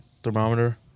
thermometer